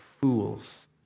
fools